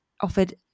offered